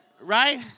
right